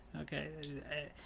Okay